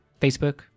facebook